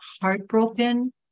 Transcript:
heartbroken